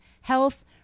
Health